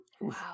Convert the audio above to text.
Wow